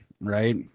right